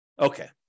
Okay